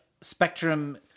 Spectrum